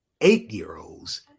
eight-year-olds